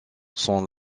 sont